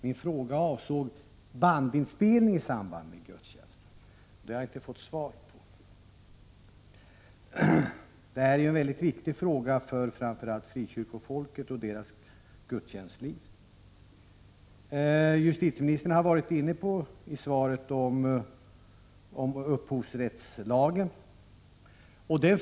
Min fråga avsåg bandinspelningar i samband med gudstjänster. Den frågan har jag inte fått svar på. Justitieministern hänvisade i svaret till upphovsrättslagen.